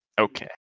Okay